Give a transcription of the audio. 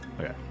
Okay